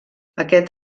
aquest